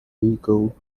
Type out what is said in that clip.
legal